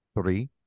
Three